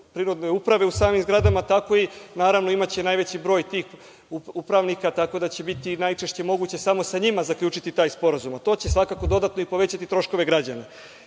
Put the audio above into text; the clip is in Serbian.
prinudne uprave u samim zgradama, tako će imati i najveći broj tih upravnika, tako da će biti najčešće moguće samo sa njima zaključiti taj sporazum, a to će svakako dodatno povećati troškove građana.